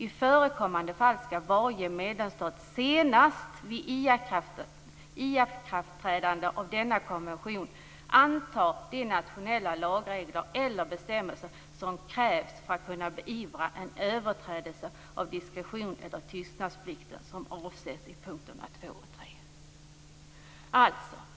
I förekommande fall skall varje medlemsstat senast vid ikraftträdandet av denna konvention anta de nationella lagregler eller bestämmelser som krävs för att kunna beivra en överträdelse av diskretions eller tystnadsplikten som avses i punkterna 2 eller 3."